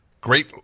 great